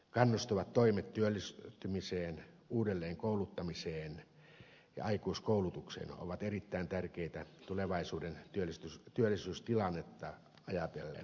kannustavat toimet työllistymiseen uudelleenkouluttamiseen ja aikuiskoulutukseen ovat erittäin tärkeitä tulevaisuuden työllisyystilannetta ajatellen